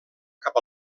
cap